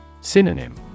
Synonym